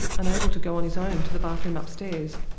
unable to go on his own to the bathroom upstairs.